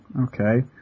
Okay